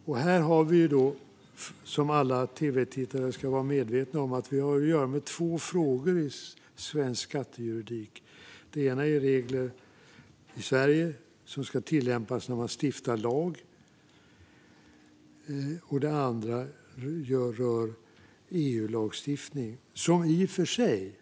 Alla som tittar på det här på tv nu ska vara medvetna om vi här har att göra med två frågor i svensk skattejuridik. Det ena är regler i Sverige som ska tillämpas när lagar stiftas, och det andra är EU-lagstiftning, som i och för sig